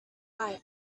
life